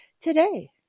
today